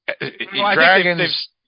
dragons